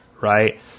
right